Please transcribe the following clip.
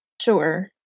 Sure